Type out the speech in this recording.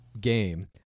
game